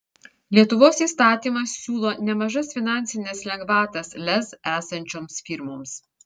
lietuvos įstatymas siūlo nemažas finansines lengvatas lez esančioms firmoms